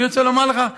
אני רוצה לומר לך,